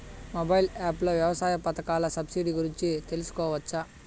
Mobile app లో వ్యవసాయ పథకాల సబ్సిడి గురించి తెలుసుకోవచ్చా?